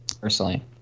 personally